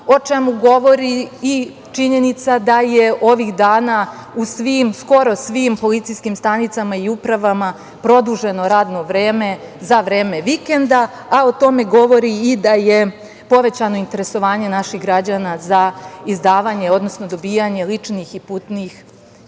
o čemu govori i činjenica da je ovih dana u svim, skoro svim policijskim stanicama i upravama produženo radno vreme za vreme vikenda, a tome govori i da je povećano interesovanje naših građana za izdavanje, odnosno dobijanje ličnih putnih